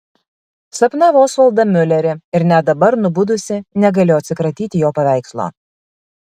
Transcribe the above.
sapnavo osvaldą miulerį ir net dabar nubudusi negalėjo atsikratyti jo paveikslo